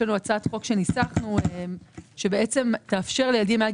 יש לנו הצעת חוק שניסחנו שתאפשר לילדים מעל